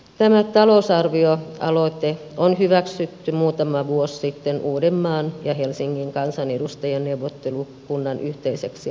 tämä talousarvioaloite on hyväksytty muutama vuosi sitten uudenmaan ja helsingin kansanedustajien neuvottelukunnan yhteiseksi aloitteeksi